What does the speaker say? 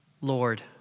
Lord